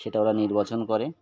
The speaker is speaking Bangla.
সেটা ওরা নির্বাচন করে